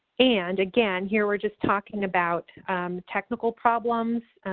and, again, here, we're just talking about technical problems.